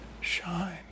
shine